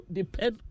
depend